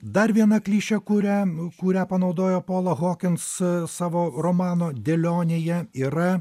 dar viena klišė kurią kurią panaudojo pola hokins savo romano dėlionėje yra